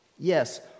Yes